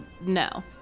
no